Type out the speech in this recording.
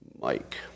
Mike